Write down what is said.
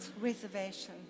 reservation